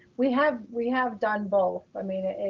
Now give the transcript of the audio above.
we have we have done both. i mean,